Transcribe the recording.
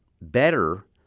better